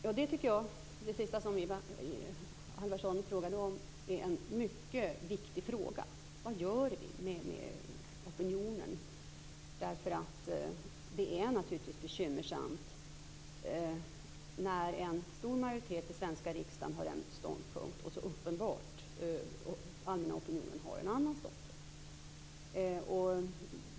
Fru talman! Det sista som Isa Halvarsson tog upp är en mycket viktig fråga, nämligen vad vi skall göra med opinionen. Det är naturligtvis bekymmersamt när en stor majoritet i svenska riksdagen har en ståndpunkt och den allmänna opinionen så uppenbart har en annan ståndpunkt.